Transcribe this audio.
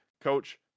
Coach